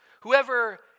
Whoever